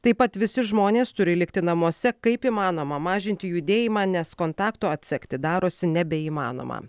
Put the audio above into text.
taip pat visi žmonės turi likti namuose kaip įmanoma mažinti judėjimą nes kontakto atsekti darosi nebeįmanoma